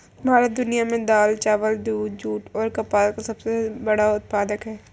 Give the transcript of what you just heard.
भारत दुनिया में दाल, चावल, दूध, जूट और कपास का सबसे बड़ा उत्पादक है